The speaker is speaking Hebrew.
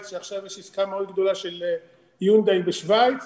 שעכשיו יש עסקה מאוד גדולה של יונדאי בשוויץ.